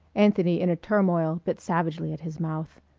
anthony in a turmoil bit savagely at his mouth.